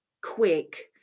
quick